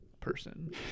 person